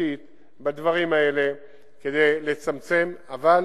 שיטתית בדברים האלה כדי לצמצם, אבל